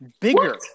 bigger